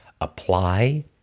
apply